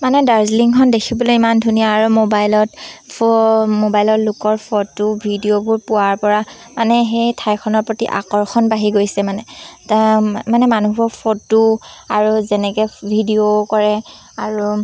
মানে দাৰ্জিলিংখন দেখিবলৈ ইমান ধুনীয়া আৰু মোবাইলত ফ' মোবাইলত লোকৰ ফটো ভিডিঅ'বোৰ পোৱাৰ পৰা মানে সেই ঠাইখনৰ প্ৰতি আকৰ্ষণ বাঢ়ি গৈছে মানে তা মানে মানুহবোৰ ফটো আৰু যেনেকৈ ভিডিঅ' কৰে আৰু